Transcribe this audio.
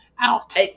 out